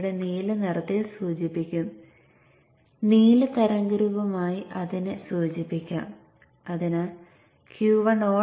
ഈ point Vin ആണ്